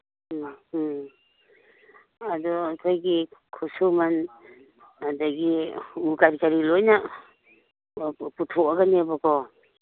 ꯎꯝ ꯎꯝ ꯑꯗꯨ ꯑꯩꯈꯣꯏꯒꯤ ꯈꯨꯠꯁꯨꯃꯟ ꯑꯗꯒꯤ ꯎ ꯀꯔꯤ ꯀꯔꯤ ꯂꯣꯏꯅ ꯄꯨꯊꯣꯛꯑꯒꯅꯦꯕꯀꯣ